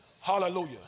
Hallelujah